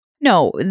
No